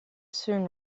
soon